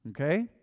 Okay